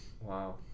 Wow